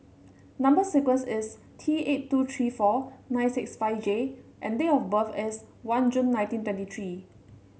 number sequence is T eight two three four nine six five J and date of birth is one June nineteen twenty three